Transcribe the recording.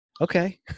okay